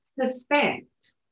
suspect